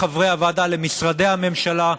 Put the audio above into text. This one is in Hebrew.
לכל חברי הוועדה ולמשרדי הממשלה.